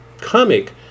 comic